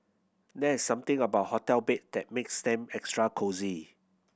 there's something about hotel bed that makes them extra cosy